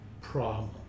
problem